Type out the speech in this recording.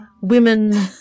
women